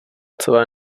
celé